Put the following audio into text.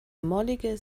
mollige